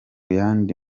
yandi